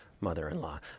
mother-in-law